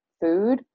food